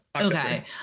okay